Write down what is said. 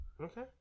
Okay